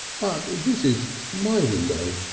but this is my window.